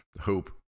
hope